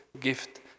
gift